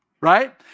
right